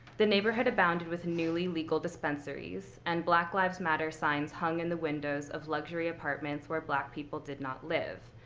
the neighborhood abounded with newly legal dispensaries, and black lives matter signs hung in the windows of luxury apartments where black people did not live.